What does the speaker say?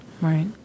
right